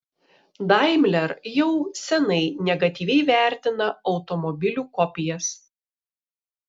daimler jau senai negatyviai vertina automobilių kopijas